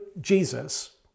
Jesus